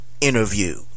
interview